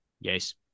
Yes